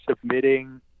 submitting